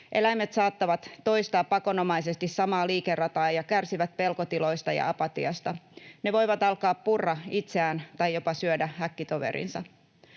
Eläimet saattavat toistaa pakonomaisesti samaa liikerataa ja kärsivät pelkotiloista ja apatiasta. Ne voivat alkaa purra itseään tai jopa syödä häkkitoverinsa.